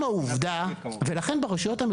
קורה במדינת תל אביב לא ברשויות מקומיות.